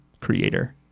Creator